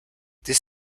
this